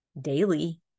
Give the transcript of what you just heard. daily